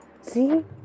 See